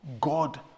God